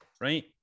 right